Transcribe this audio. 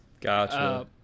Gotcha